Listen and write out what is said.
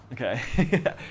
okay